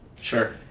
Sure